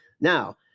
now